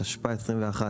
התשפ"א-2021,